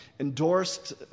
endorsed